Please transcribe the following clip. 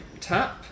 tap